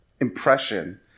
impression